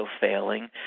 failing